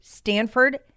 Stanford